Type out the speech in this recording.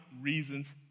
reasons